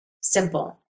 simple